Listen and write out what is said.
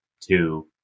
two